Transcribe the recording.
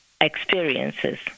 experiences